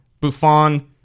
Buffon